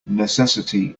necessity